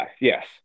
yes